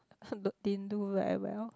also didn't do very well